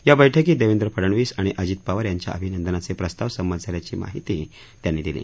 या बैठकीत देवेंद्र फडनवीस आणि अजित पवार यांच्या अभिनंदनाचे प्रस्ताव संमत झाल्याची माहितीही त्यांनी दिली